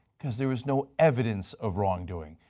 because there is no evidence of wrongdoing,